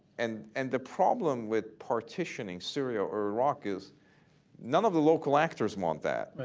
and and the problem with partitioning syria or iraq is none of the local actors want that,